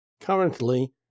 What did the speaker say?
currently